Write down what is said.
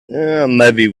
maybe